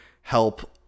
help